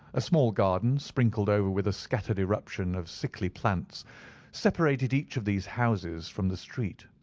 a small garden sprinkled over with a scattered eruption of sickly plants separated each of these houses from the street,